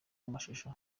amashusho